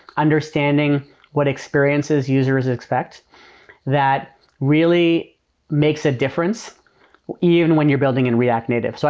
understanding what experiences users expect that really makes a difference even when you're building in react native. so